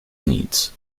needs